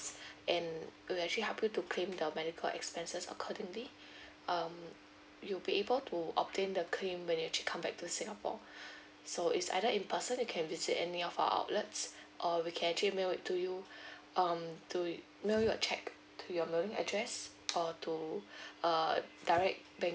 and to actually help you to claim the medical expenses accordingly um you'll be able to obtain the claim when you actually come back to singapore so is either in person you can visit any of our outlets or we can actually mail to you um to mail you a cheque to your mailing address or to err direct bank